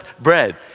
bread